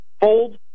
fold